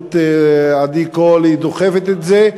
בראשות עדי קול, היא דוחפת את זה,